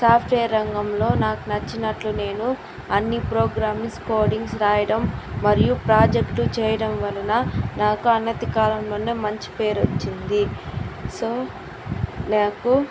software రంగంలో నాకు నచ్చినట్లు నేను అన్ని ప్రోగ్రామింగ్స్ కోడింగ్స్ రాయటం మరియు ప్రొజెక్టు చేయటం వలన నాకు అనతి కాలంలోనే మంచి పేరొచ్చింది సో నాకు